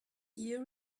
year